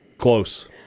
Close